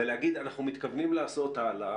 ולהגיד אנחנו מתכוונים לעשות הלאה